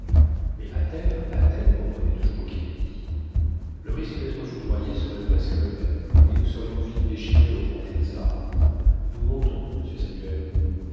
mais à terre à terre reprenait toujours kennedy le risque d'être foudroyé serait presque le même et nous serions vite déchirés aux branches des arbres nous montons monsieur samuel